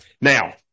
Now